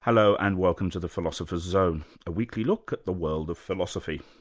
hello and welcome to the philosopher's zone, a weekly look at the world of philosophy.